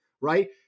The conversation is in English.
right